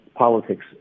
politics